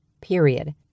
Period